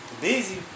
Busy